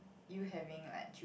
you having like